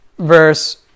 Verse